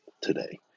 today